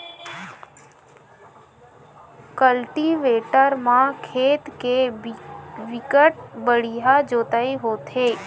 cultivator म खेत के बिकट बड़िहा जोतई होथे